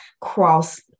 cross